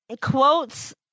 quotes